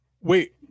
Wait